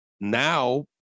now